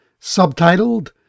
subtitled